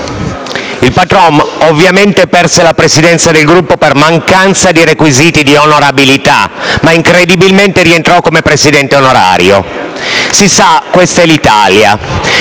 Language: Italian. Il patron, ovviamente, perse la presidenza del Gruppo per «mancanza di requisiti di onorabilità» ma, incredibilmente, rientrò come presidente onorario. Si sa, questa è l'Italia.